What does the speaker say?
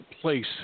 place